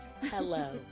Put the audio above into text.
Hello